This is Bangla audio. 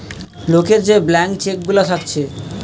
লোকের যে ব্ল্যান্ক চেক গুলা থাকছে